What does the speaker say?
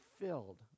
filled